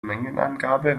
mengenangabe